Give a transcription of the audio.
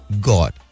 God